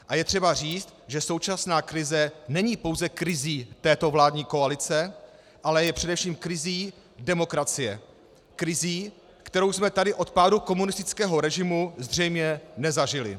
A je třeba říct, že současná krize není pouze krizí této vládní koalice, ale je především krizí demokracie, krizí, kterou jsme tady od pádu komunistického režimu zřejmě nezažili.